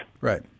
Right